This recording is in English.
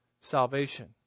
salvation